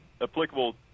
applicable